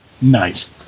nice